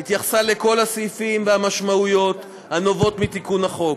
והתייחסה לכל הסעיפים והמשמעויות הנובעות מתיקון החוק.